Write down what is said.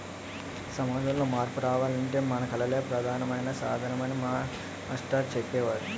సమాజంలో మార్పు రావాలంటే మన కళలే ప్రధానమైన సాధనమని మా మాస్టారు చెప్పేరు